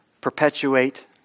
perpetuate